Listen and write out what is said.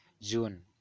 June